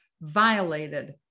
violated